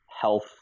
health